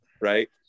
Right